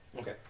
Okay